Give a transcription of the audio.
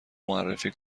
معرفی